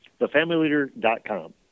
Thefamilyleader.com